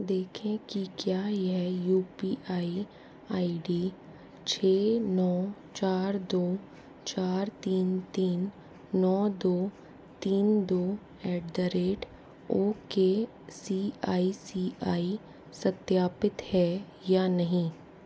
देखें कि क्या यह U P I I D छः नौ चार दो चार तीन तीन नौ दो तीन दो at the rate O K C I C I सत्यापित है या नहीं